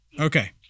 Okay